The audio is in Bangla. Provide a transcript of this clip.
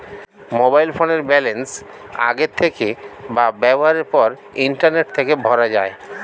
মোবাইল ফোনের ব্যালান্স আগের থেকে বা ব্যবহারের পর ইন্টারনেট থেকে ভরা যায়